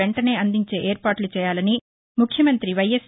వెంటనే అందించే ఏర్పాట్లు చేయాలని ముఖ్యమంతి వైఎస్